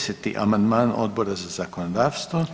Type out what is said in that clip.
10. amandman Odbora za zakonodavstvo.